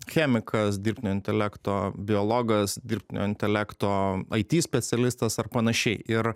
chemikas dirbtinio intelekto biologas dirbtinio intelekto it specialistas ar panašiai ir